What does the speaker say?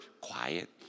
quiet